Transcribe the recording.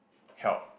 help